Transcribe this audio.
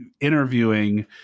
interviewing